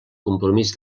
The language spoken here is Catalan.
compromís